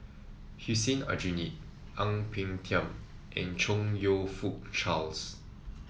Hussein Aljunied Ang Peng Tiam and Chong You Fook Charles